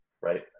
right